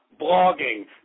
blogging